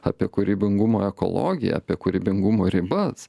apie kūrybingumo ekologiją apie kūrybingumo ribas